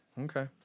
Okay